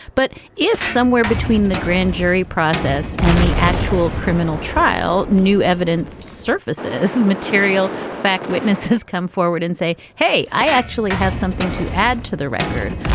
but if somewhere between the grand jury process and the actual criminal trial, new evidence surfaces, material fact witnesses come forward and say, hey, i actually have something to add to the record.